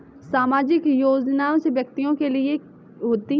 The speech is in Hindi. सामाजिक योजना कौन से व्यक्तियों के लिए होती है?